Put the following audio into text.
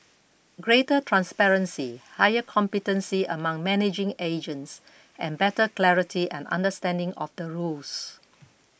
greater transparency higher competency among managing agents and better clarity and understanding of the rules